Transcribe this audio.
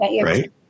Right